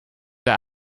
are